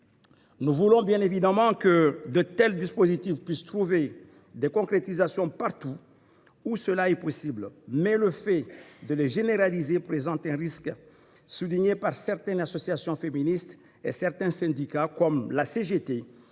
Nous voulons bien évidemment que de tels dispositifs puissent trouver des concrétisations partout où c’est possible. Mais les généraliser présente un risque, souligné par certaines associations féministes, ainsi que par des syndicats : ainsi de la CGT,